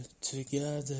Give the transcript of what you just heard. together